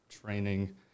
training